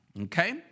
okay